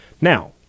Now